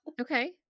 Okay